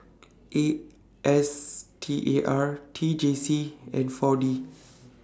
A S T A R T J C and four D